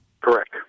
Correct